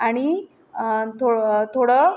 आणि थो थोडं